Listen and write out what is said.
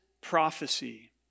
prophecy